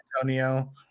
Antonio